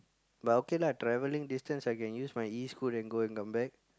but okay lah travelling distance I can use my E-scoot and go and come back